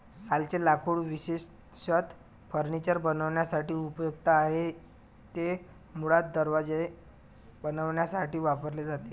सालचे लाकूड विशेषतः फर्निचर बनवण्यासाठी उपयुक्त आहे, ते मुळात दरवाजे बनवण्यासाठी वापरले जाते